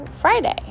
Friday